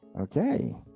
okay